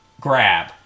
Grab